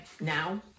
now